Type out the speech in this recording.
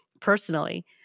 personally